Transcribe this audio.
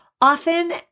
often